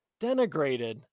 denigrated